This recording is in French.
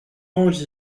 range